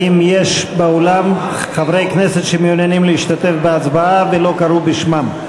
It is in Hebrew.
האם יש באולם חברי כנסת שמעוניינים להשתתף בהצבעה ולא קראו בשמם?